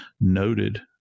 noted